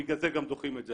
ובגלל זה גם דוחים את זה.